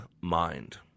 mind